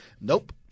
Nope